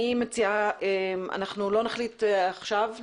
אני מציעה שלא נחליט עכשיו,